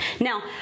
Now